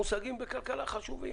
כל המושגים בכלכלה הם חשובים